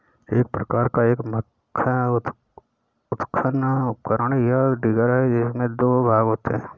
एक प्रकार का उत्खनन उपकरण, या डिगर है, जिसमें दो भाग होते है